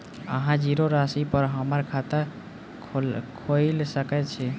अहाँ जीरो राशि पर हम्मर खाता खोइल सकै छी?